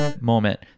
moment